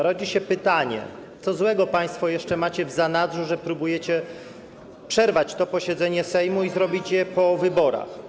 Rodzi się pytanie: Co złego państwo macie jeszcze w zanadrzu, że próbujecie przerwać to posiedzenie Sejmu i dokończyć je po wyborach?